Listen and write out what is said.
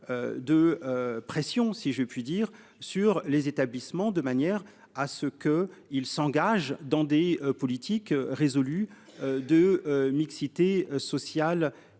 De pression si je puis dire sur les établissements de manière à ce que il s'engage dans des politiques résolu. De mixité sociale et